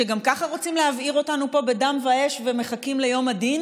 שגם ככה רוצים להבעיר אותנו פה בדם ואש ומחכים ליום הדין?